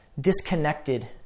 disconnected